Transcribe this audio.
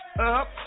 up